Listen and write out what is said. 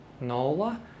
Nola